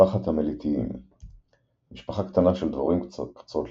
משפחת המליטיים משפחה קטנה של דבורים קצרות-לשון,